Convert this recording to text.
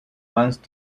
once